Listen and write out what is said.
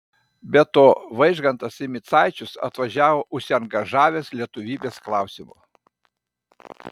be to vaižgantas į micaičius atvažiavo užsiangažavęs lietuvybės klausimu